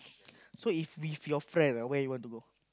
so if with your friend ah where you want to go